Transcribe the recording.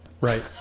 Right